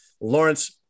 Lawrence